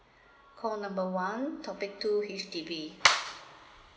call number one topic two H_D_B